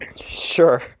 Sure